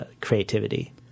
creativity